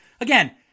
Again